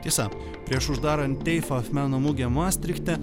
tiesa prieš uždarant teifaf meno mugę mastrichte